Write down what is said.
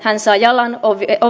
on